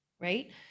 right